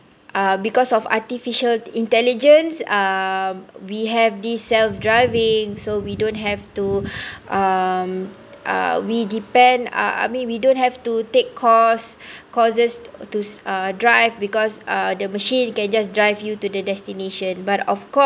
uh because of artificial intelligence uh we have the self driving so we don't have to um uh we depend uh I mean we don't have to take course courses to uh drive because uh the machine can just drive you to the destination but of course